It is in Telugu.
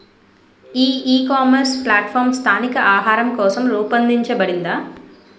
ఈ ఇకామర్స్ ప్లాట్ఫారమ్ స్థానిక ఆహారం కోసం రూపొందించబడిందా?